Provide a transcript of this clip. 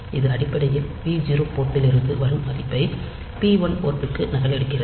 இது அடிப்படையில் p0 போர்ட்டிலிருந்து வரும் மதிப்பை p1 போர்ட்டுக்கு நகலெடுக்கிறது